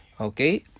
okay